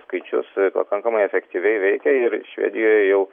skaičius pakankamai efektyviai veikia ir švedijoje jau